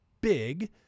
big